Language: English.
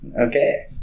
Okay